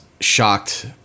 Shocked